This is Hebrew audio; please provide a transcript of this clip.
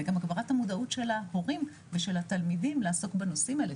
וגם הגברת המודעות של ההורים ושל התלמידים לעסוק בנושאים האלה,